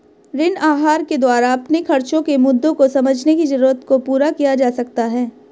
ऋण आहार के द्वारा अपने खर्चो के मुद्दों को समझने की जरूरत को पूरा किया जा सकता है